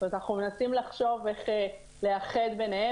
אנחנו מנסים לחשוב איך לאחד ביניהם.